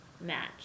match